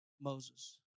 Moses